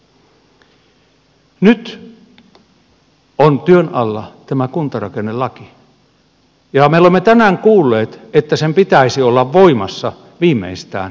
nyt on työn alla tämä kuntarakennelaki ja me olemme tänään kuulleet että sen pitäisi olla voimassa viimeistään ensi vappuna